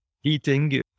heating